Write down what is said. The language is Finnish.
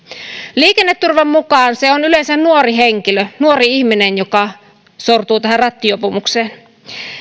liikenneturvan mukaan se on yleensä nuori henkilö nuori ihminen joka sortuu tähän rattijuopumukseen